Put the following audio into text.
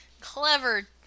clever